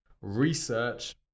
research